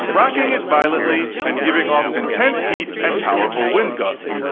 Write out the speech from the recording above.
rocking it violently and giving off intense heat and powerful wind gusts.